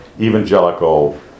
evangelical